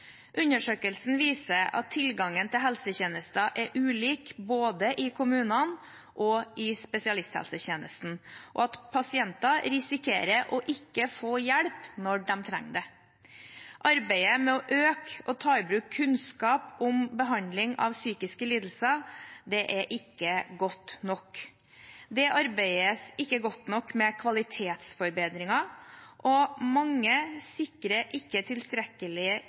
Undersøkelsen viser at tilgangen til helsetjenester er ulik både i kommunene og i spesialisthelsetjenesten, og at pasienter risikerer å ikke få hjelp når de trenger det. Arbeidet med å øke og ta i bruk kunnskap om behandling av psykiske lidelser er ikke godt nok. Det arbeides ikke godt nok med kvalitetsforbedringer, og mange sikrer ikke tilstrekkelig